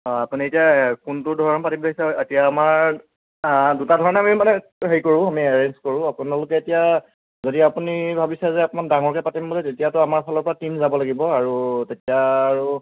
হয় আপুনি এতিয়া কোনটো ধৰণে পাতিম বুলি ভাবিছে এতিয়া আমাৰ দুটা ধৰণে আমি মানে হেৰি কৰোঁ আমি এৰেঞ্জ কৰোঁ আপোনালোকে এতিয়া যদি আপুনি ভাবিছে যে অকণমান ডাঙৰকৈ পাতিম তেতিয়াটো আমাৰফালৰপৰা টিম যাব লাগিব আৰু তেতিয়া আৰু